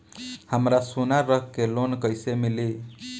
हमरा सोना रख के लोन कईसे मिली?